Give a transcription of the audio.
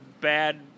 bad